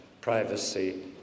privacy